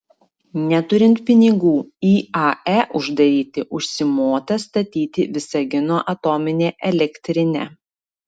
neturint pinigų iae uždaryti užsimota statyti visagino atominę elektrinę